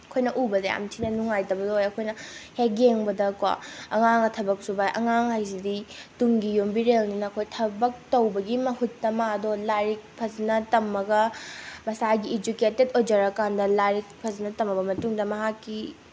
ꯑꯩꯈꯣꯏꯅ ꯎꯕꯗ ꯌꯥꯝ ꯊꯤꯅ ꯅꯨꯡꯉꯥꯏꯇꯕꯗꯣ ꯑꯣꯏ ꯑꯩꯈꯣꯏꯅ ꯍꯦꯛ ꯌꯦꯡꯕꯗꯀꯣ ꯑꯉꯥꯡꯅ ꯊꯕꯛ ꯁꯨꯕ ꯑꯉꯥꯡ ꯍꯥꯏꯁꯤꯗꯤ ꯇꯨꯡꯒꯤ ꯌꯨꯝꯕꯤꯔꯦꯜꯅꯤꯅꯀꯣ ꯊꯕꯛ ꯇꯧꯕꯒꯤ ꯃꯍꯨꯠꯇ ꯃꯥꯗꯣ ꯂꯥꯏꯔꯤꯛ ꯐꯖꯅ ꯇꯝꯃꯒ ꯃꯁꯥꯒꯤ ꯏꯖꯨꯀꯦꯇꯦꯠ ꯑꯣꯏꯖꯔꯀꯥꯟꯗ ꯂꯥꯏꯔꯤꯛ ꯐꯖꯅ ꯇꯝꯃꯕ ꯃꯇꯨꯡꯗ ꯃꯍꯥꯛꯀꯤ